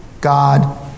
God